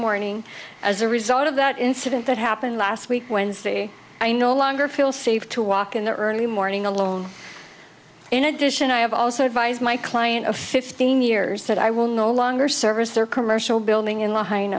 morning as a result of that incident that happened last week wednesday i no longer feel safe to walk in the early morning alone in addition i have also advised my client of fifteen years that i will no longer service their commercial building in l